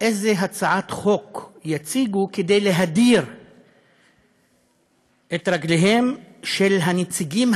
איזו הצעת חוק יציגו כדי להדיר את רגליהם של הנציגים